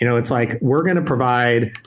you know it's like we're going to provide,